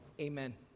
amen